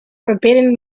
forbidden